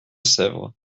sèvres